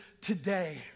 today